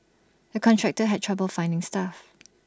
the contractor had trouble finding staff